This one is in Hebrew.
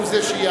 הוא זה שיענה.